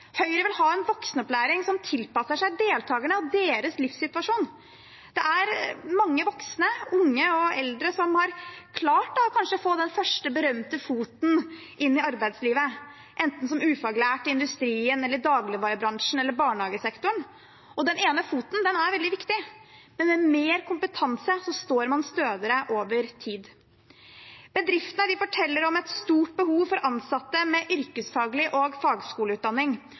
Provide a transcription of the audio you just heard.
Høyre vil ha en voksenopplæring som tilpasser seg deltakerne og deres livssituasjon. Det er mange voksne – unge og eldre – som kanskje har klart å få den første, berømte, foten inn i arbeidslivet, enten som ufaglært i industrien eller dagligvarebransjen eller barnehagesektoren. Den ene foten er veldig viktig, men med mer kompetanse står man stødigere over tid. Bedriftene forteller om et stort behov for ansatte med yrkesfaglig utdanning og fagskoleutdanning.